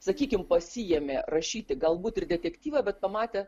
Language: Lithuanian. sakykim pasiėmė rašyti galbūt ir detektyvą bet pamatė